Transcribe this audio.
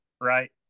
Right